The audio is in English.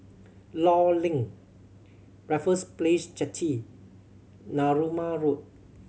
Law Link Raffles Place Jetty Narooma Road